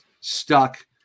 stuck